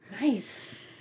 Nice